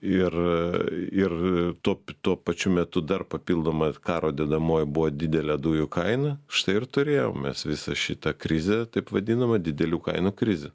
ir ir tuo tuo pačiu metu dar papildoma karo dedamoji buvo didelė dujų kaina štai ir turėjom mes visą šitą krizę taip vadinamą didelių kainų krizę